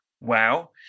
wow